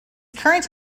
current